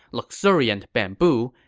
luxuriant bamboo,